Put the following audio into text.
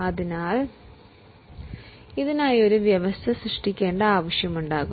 അതിനാൽ ഇതിനായി ഒരു വ്യവസ്ഥ സൃഷ്ടിക്കേണ്ട ആവശ്യമുണ്ടാകും